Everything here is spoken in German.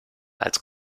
als